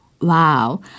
Wow